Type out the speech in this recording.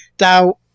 Now